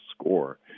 score